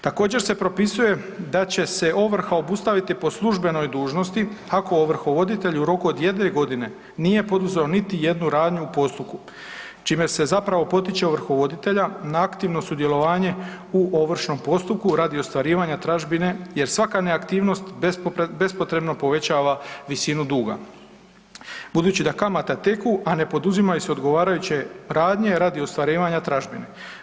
Također se propisuje da će se ovrha obustaviti po službenoj dužnosti ako ovrhovoditelj u roku od 1 godine nije poduzeo niti jednu radnju u postupku, čime se zapravo potiče ovrhovoditelja na aktivno sudjelovanje u ovršnom postupku radi ostvarivanja tražbine jer svaka neaktivnost bespotrebno povećava visinu duga budući da kamate teku, a ne poduzimaju se odgovarajuće radnje radi ostvarivanja tražbine.